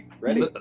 ready